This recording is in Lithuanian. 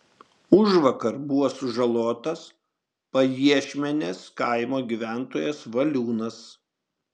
užvakar buvo sužalotas pajiešmenės kaimo gyventojas valiūnas